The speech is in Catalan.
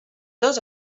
dos